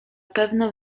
pewno